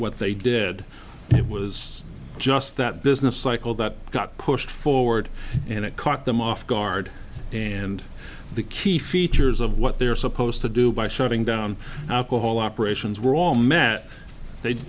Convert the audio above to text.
what they did it was just that business cycle that got pushed forward and it caught them off guard and the key features of what they're supposed to do by shutting down alcohol operations were all met they